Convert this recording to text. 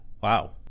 Wow